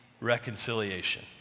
reconciliation